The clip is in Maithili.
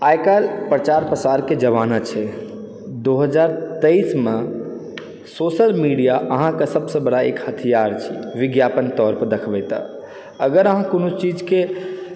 आइकाल्हि प्रचार प्रसारके जमाना छै दो हजार तेइसमे सोशल मीडिया अहाँके सबसँ बड़ा एक हथियार छी विज्ञापन तौरपर देखबै तऽ अगर हम कोनो चीजकेँ